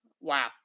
Wow